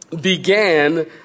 began